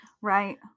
right